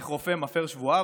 איך רופא מפר שבועה,